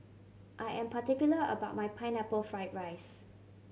I am particular about my Pineapple Fried rice